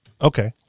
Okay